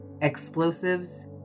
explosives